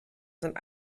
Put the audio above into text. sind